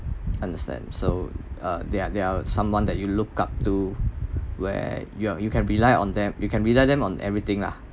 understand so uh there're there're someone that you look up to where you're you can rely on them you can rely them on everything lah